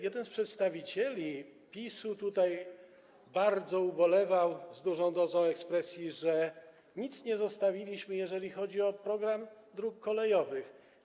Jeden z przedstawicieli PiS-u tutaj bardzo ubolewał z dużą dozą ekspresji, że nic nie zostawiliśmy, jeżeli chodzi o program dróg kolejowych.